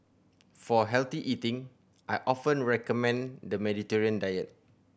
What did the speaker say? for healthy eating I often recommend the Mediterranean diet